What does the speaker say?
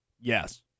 Yes